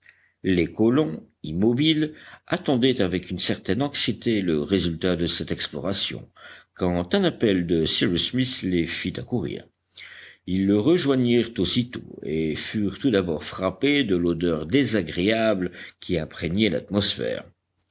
les colons immobiles attendaient avec une certaine anxiété le résultat de cette exploration quand un appel de cyrus smith les fit accourir ils le rejoignirent aussitôt et furent tout d'abord frappés de l'odeur désagréable qui imprégnait l'atmosphère